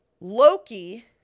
Loki